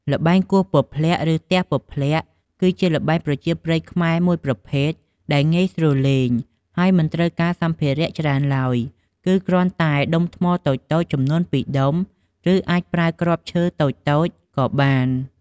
ល្បែងគោះពព្លាក់ ឬទះពព្លាក់ គឺជាល្បែងប្រជាប្រិយខ្មែរមួយប្រភេទដែលងាយស្រួលលេង ហើយមិនត្រូវការសម្ភារៈច្រើនឡើយ គឺគ្រាន់តែដុំថ្មតូចៗចំនួន២ដុំ ឬអាចប្រើគ្រាប់ឈើតូចៗក៏បាន។